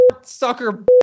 sucker